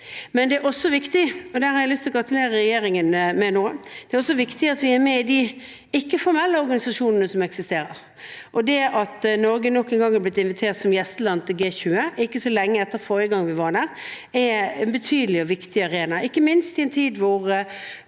regjeringen, at vi er med i de ikke-formelle organisasjonene som eksisterer. Norge har nok en gang blitt invitert som gjesteland i G20, ikke så lenge etter forrige gang vi var der. Det er en betydelig og viktig arena, ikke minst i en tid der